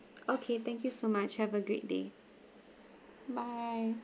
okay thank you so much have a great day bye